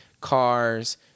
cars